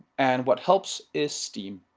and what helps is steam.